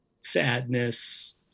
sadness